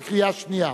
בקריאה שנייה.